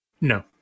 No